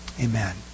Amen